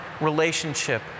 relationship